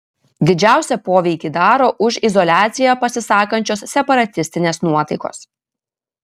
didžiausią poveikį daro už izoliaciją pasisakančios separatistinės nuotaikos